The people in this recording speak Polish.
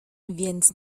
więc